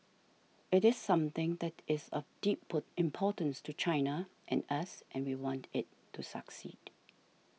it is something that is of deep importance to China and us and we want it to succeed